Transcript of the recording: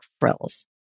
frills